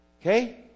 Okay